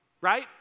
Right